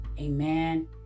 amen